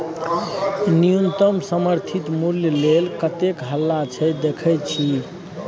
न्युनतम समर्थित मुल्य लेल कतेक हल्ला छै देखय छी